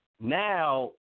Now